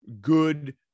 good